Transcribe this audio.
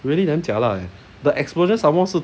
really damn jialat leh the explosion some more 是